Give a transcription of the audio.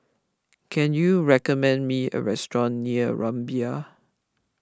can you recommend me a restaurant near Rumbia